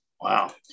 Wow